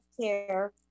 care